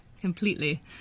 completely